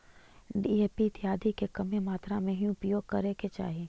DAP इत्यादि के कमे मात्रा में ही उपयोग करे के चाहि